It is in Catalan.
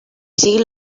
siguin